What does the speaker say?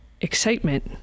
excitement